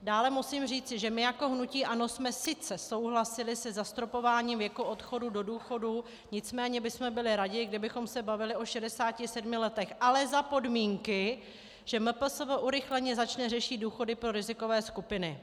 Dále musím říci, že my jako hnutí ANO jsme sice souhlasili se zastropováním věku odchodu do důchodu, nicméně bychom byli raději, kdybychom se bavili o 67 letech ale za podmínky, že MPSV urychleně začne řešit důchody pro rizikové skupiny.